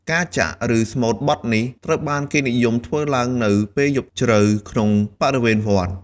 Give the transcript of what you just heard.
ការចាក់ ឬស្មូតបទនេះត្រូវបាននិយមធ្វើឡើងនៅ ពេលយប់ជ្រៅ ក្នុងបរិវេណវត្ត។